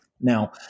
Now